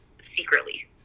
secretly